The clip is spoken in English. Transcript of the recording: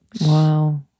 Wow